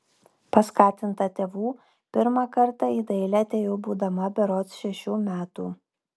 paskatinta tėvų pirmą kartą į dailę atėjau būdama berods šešių metų